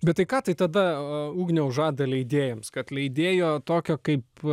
bet tai ką tai tada ugniaus žada leidėjams kad leidėjo tokio kaip